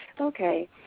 Okay